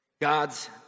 God's